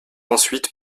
ensuite